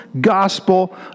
gospel